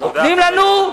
נותנים לנו?